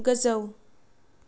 गोजौ